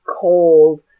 cold